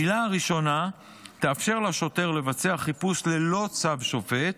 העילה הראשונה תאפשר לשוטר לבצע חיפוש ללא צו שופט,